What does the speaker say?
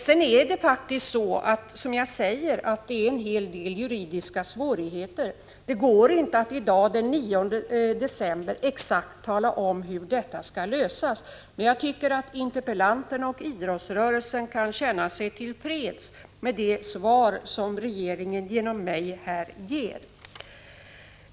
Sedan finns det faktiskt, som jag sade, en hel del juridiska svårigheter. Det går inte att i dag, den 9 december, exakt tala om hur detta problem skall lösas. Men jag tycker att interpellanterna och idrottsrörelsen kan känna sig till freds med det svar som regeringen genom mig här ger.